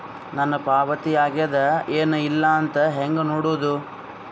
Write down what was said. ನನ್ನ ಪಾವತಿ ಆಗ್ಯಾದ ಏನ್ ಇಲ್ಲ ಅಂತ ಹೆಂಗ ನೋಡುದು?